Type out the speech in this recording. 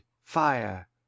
fire